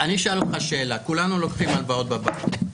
כולנו לוקחים הלוואות בבנק.